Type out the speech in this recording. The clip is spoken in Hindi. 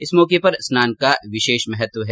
इस मौके पर स्नान का विशेष महत्व है